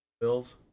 Bills